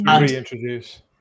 reintroduce